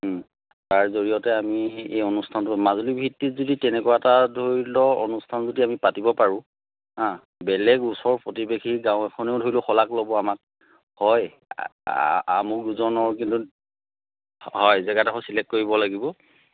তাৰ জৰিয়তে আমি এই অনুষ্ঠানটো মাজুলী ভিত্তিত যদি তেনেকুৱা এটা ধৰি লওক যদি অনুষ্ঠান এটা পাতিব পাৰোঁ হা বেলেগ ওচৰৰ প্ৰতিবেশী গাঁও এখনেও ধৰি লওক শলাগ ল'ব আমাক হয় আমুকজনৰ কিন্তু হয় জেগাডোখৰ চিলেক্ট কৰিব লাগিব